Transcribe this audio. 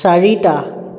চাৰিটা